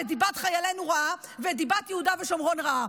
את דיבת חיילינו רעה ואת דיבת יהודה ושומרון רעה.